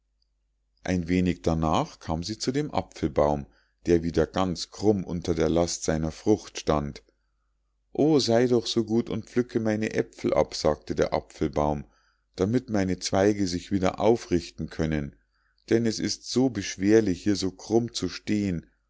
ein wenig darnach kam sie zu dem apfelbaum der wieder ganz krumm unter der last seiner frucht stand o sei doch so gut und pflücke meine äpfel ab sagte der apfelbaum damit meine zweige sich wieder aufrichten können denn es ist so beschwerlich hier so krumm zu stehen